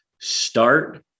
start